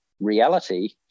reality